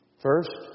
First